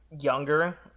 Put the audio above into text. younger